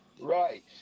Right